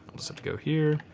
just have to go here.